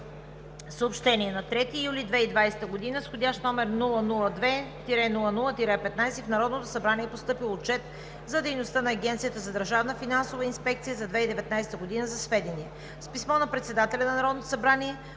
Съобщения: На 3 юли 2020 г. с вх. № 002-00-15 в Народното събрание е постъпил Отчет за дейността на Агенцията за държавна финансова инспекция за 2019 г. за сведение. С писмо на председателя на Народното събрание